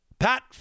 Pat